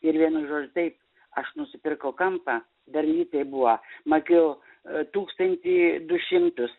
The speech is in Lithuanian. ir vienu žodžiu tai aš nusipirkau kampą dar litai buvo mokėjau tūkstantį du šimtus